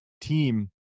team